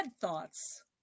thoughts